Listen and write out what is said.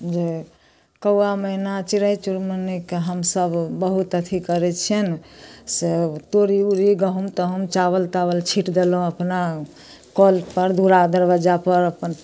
जे कौआ मैना चिड़ै चुड़मुन्नीके हमसब बहुत अथी करै छियनि से तोरी उरी गहूॅंम तहूॅंम चावल तावल छिट देलहुॅं अपना कऽल पर दूरा दरबज्जा पर अपन